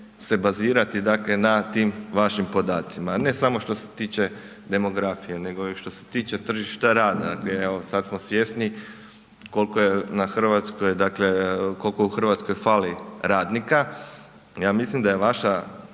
se bazirati dakle na tim vašim podacima. Ne samo što se tiče demografije, nego i što se tiče tržišta rada, gdje evo sada smo svjesni koliko je na Hrvatskoj, dakle koliko u Hrvatskoj fali